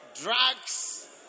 Drugs